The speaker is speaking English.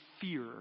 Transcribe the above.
fear